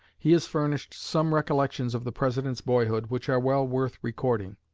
he has furnished some recollections of the president's boyhood which are well worth recording.